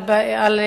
זאת אומרת,